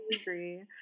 agree